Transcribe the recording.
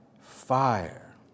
fire